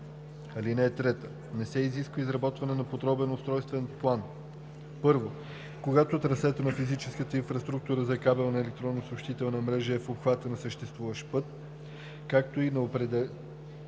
план. (3) Не се изисква изработване на подробен устройствен план: 1. когато трасето на физическата инфраструктура за кабелна електронна съобщителна мрежа е в обхвата на съществуващ път, както и на отредените